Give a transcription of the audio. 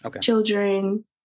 children